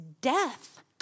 death